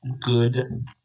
good